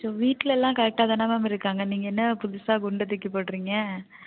so வீட்டில் எல்லாம் கரெக்டாக தானே மேம் இருக்காங்க நீங்கள் என்ன புதுசாக குண்டை தூக்கி போடுறீங்க